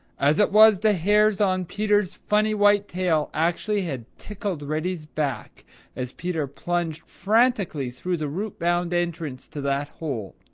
as it was, the hairs on peter's funny white tail actually had tickled reddy's back as peter plunged frantically through the root-bound entrance to that hole.